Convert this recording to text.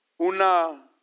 una